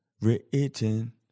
written